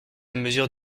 mesure